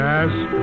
ask